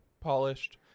polished